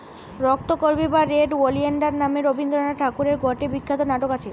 রক্তকরবী বা red oleander নামে রবীন্দ্রনাথ ঠাকুরের গটে বিখ্যাত নাটক আছে